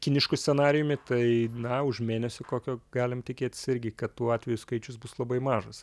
kinišku scenarijumi tai na už mėnesio kokio galim tikėtis irgi kad tų atvejų skaičius bus labai mažas